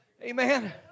Amen